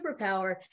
superpower